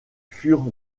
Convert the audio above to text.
furent